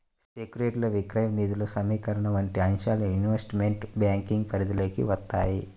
సెక్యూరిటీల విక్రయం, నిధుల సమీకరణ వంటి అంశాలు ఇన్వెస్ట్మెంట్ బ్యాంకింగ్ పరిధిలోకి వత్తాయి